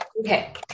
Okay